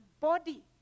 body